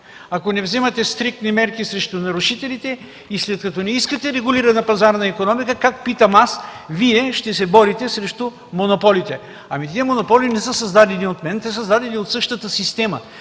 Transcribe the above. ако не вземете стриктни мерки срещу нарушителите. След като не искате регулирана пазарна икономика, как, питам аз, Вие ще се борите срещу монополите? Ами тези монополи не са създадени от мен. Те са създадени от същата система.